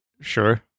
Sure